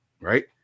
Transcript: right